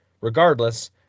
regardless